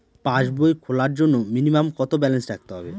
পাসবই খোলার জন্য মিনিমাম কত ব্যালেন্স রাখতে হবে?